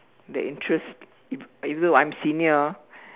the interests even though I'm senior ah